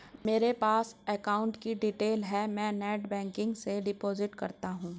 मेरे पास अकाउंट की डिटेल है मैं नेटबैंकिंग से डिपॉजिट करता हूं